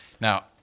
Now